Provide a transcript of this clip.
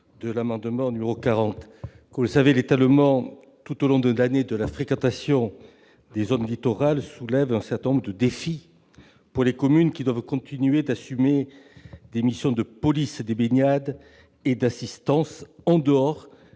sur l'amendement n° 40. L'étalement tout au long de l'année de la fréquentation des zones littorales soulève un certain nombre de défis pour les communes qui doivent continuer d'assumer des missions de police des baignades et d'assistance en dehors